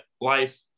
life